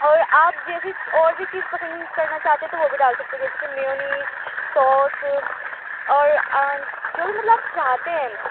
اور آپ جیسے اور بھی چیز پسند کرنا چاہتے ہیں تو وہ بھی ڈال سکتے ہیں جیسے کہ میونیز سوس اور جو بھی مطلب چاہتے ہیں